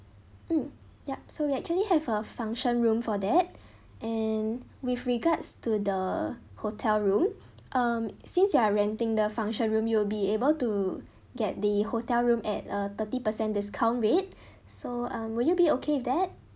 mm ya so we actually have a function room for that and with regards to the hotel room um since you are renting the function room you'll be able to get the hotel room at a thirty percent discount rate so um will you be okay with that